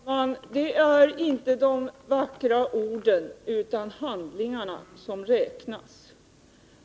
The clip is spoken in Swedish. Fru talman! Det är inte de vackra orden utan handlingarna som räknas.